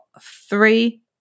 three